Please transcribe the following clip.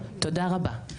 תודה רבה.